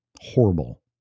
Horrible